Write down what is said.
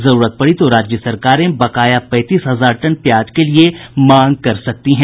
जरूरत पड़ी तो राज्य सरकारें बकाया पैंतीस हजार टन प्याज के लिए मांग कर सकती हैं